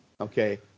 Okay